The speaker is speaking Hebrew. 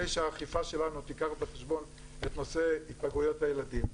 שהאכיפה שלנו תיקח בחשבון את נושא היפגעויות הילדים,